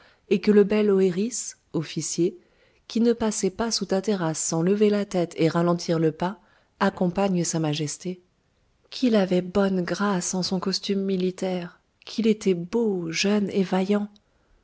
et que le bel oëris officier qui ne passait pas sous la terrasse sans lever la tête et ralentir le pas accompagne sa majesté qu'il avait bonne grâce en son costume militaire qu'il était beau jeune et vaillant